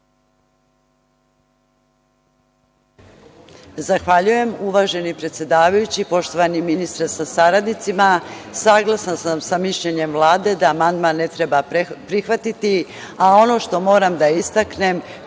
Zahvaljujem. Uvaženi predsedavajući, poštovani ministre sa saradnicima, saglasna sam sa mišljenjem Vlade da amandman ne treba prihvatiti, a ono što moram da istaknem